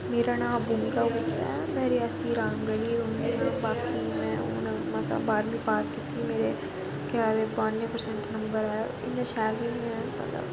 मेरा नांऽ भूमिका गुप्ता ऐ में रियासी रामगढ़ रौहन्नी आं बाकी में हून मसां बाह्रमीं पास कीती मेरे केह् आखदे बानुऐ प्रसैंट नंबर आए इ'न्ने शैल बी नेईं आए मतलब